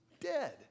dead